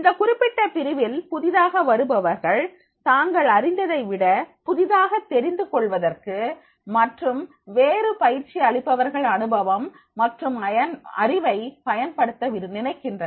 இந்த குறிப்பிட்ட பிரிவில் புதிதாக வருபவர்கள் தாங்கள் அறிந்ததை விட புதிதாக தெரிந்து கொள்வதற்கு மற்றும் வேறு பயிற்சி அளிப்பவர்கள் அனுபவம் மற்றும் அறிவை பயன்படுத்த நினைக்கின்றனர்